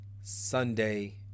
Sunday